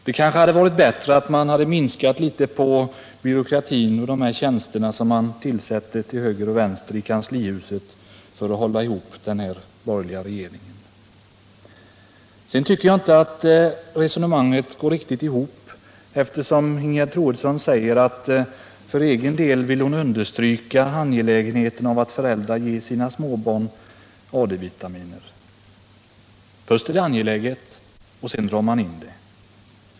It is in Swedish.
Det hade kanske varit bättre att minska litet på byråkratin och de tjänster man tillsätter till höger och vänster i kanslihuset för att hålla ihop den borgerliga regeringen. Jag tycker inte att resonemanget går riktigt ihop, eftersom Ingegerd Troedsson säger att hon för egen del vill ”understryka angelägenheten av att föräldrar ger sina små barn AD-vitamin”. Först är det angeläget och sedan drar man in det.